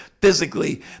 physically